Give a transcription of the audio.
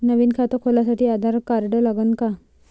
नवीन खात खोलासाठी आधार कार्ड लागन का?